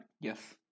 Yes